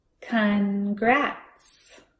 congrats